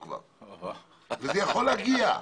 זה יכול להגיע לזה.